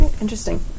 interesting